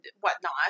whatnot